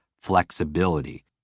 flexibility